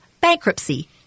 bankruptcy